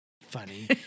funny